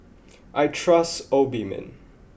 I trust Obimin